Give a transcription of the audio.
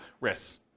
risks